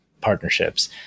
partnerships